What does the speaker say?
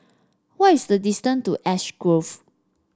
what is the distance to Ash Grove